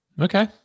Okay